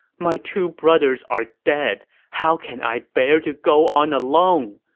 my two brothers are dead how can i bear to go on alone!